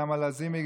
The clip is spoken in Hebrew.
נעמה לזימי,